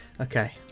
Okay